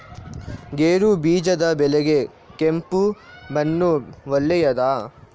ಗೇರುಬೀಜದ ಬೆಳೆಗೆ ಕೆಂಪು ಮಣ್ಣು ಒಳ್ಳೆಯದಾ?